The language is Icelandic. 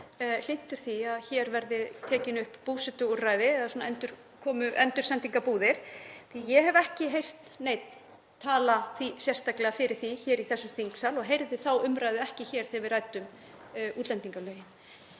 hlynntir því að hér verði tekið upp búsetuúrræði eða endursendingarbúðir? Ég hef ekki heyrt neinn tala sérstaklega fyrir því í þessum þingsal og heyrði þá umræðu ekki hér þegar við ræddum útlendingalögin.